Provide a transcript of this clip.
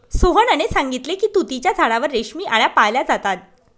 सोहनने सांगितले की तुतीच्या झाडावर रेशमी आळया पाळल्या जातात